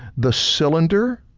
the cylinder,